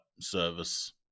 service